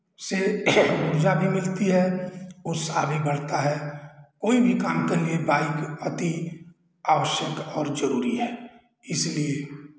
से ऊर्जा भी मिलती है उत्साह भी बढ़ता है कोई भी काम के लिए बाइक अति आवश्यक और जरूरी है इसलिए